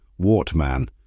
Wartman